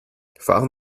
fahren